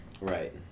Right